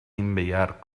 enviar